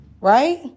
Right